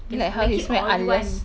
can have it all you want